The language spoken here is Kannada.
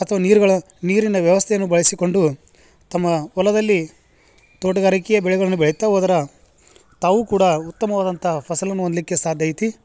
ಅಥವಾ ನೀರುಗಳ ನೀರಿನ ವ್ಯವಸ್ಥೆಯನ್ನು ಬಳಸಿಕೊಂಡು ತಮ್ಮ ಹೊಲದಲ್ಲಿ ತೋಟಗಾರಿಕೆ ಬೆಳೆಗಳನ್ನು ಬೆಳೆತ್ತ ಹೋದ್ರ ತಾವು ಕೂಡ ಉತ್ತಮವಾದಂತಹ ಫಸಲನು ಹೊಂದ್ಲಿಕೆ ಸಾಧ್ಯ ಐತಿ